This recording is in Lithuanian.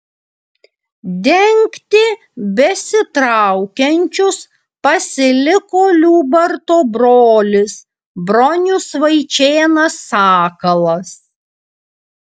dengti besitraukiančius pasiliko liubarto brolis bronius vaičėnas sakalas